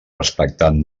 respectant